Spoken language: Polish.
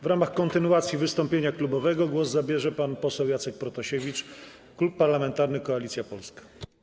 W ramach kontynuacji wystąpienia klubowego głos zabierze pan poseł Jacek Protasiewicz, Klub Parlamentarny Koalicja Polska.